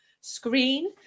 screen